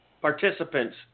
participants